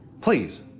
Please